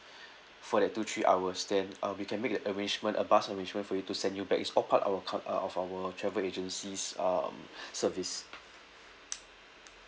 for that two three hours then uh we can make the arrangement a bus arrangement for you to send you back it's all part our cut~ uh of our travel agency's um service